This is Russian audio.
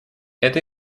это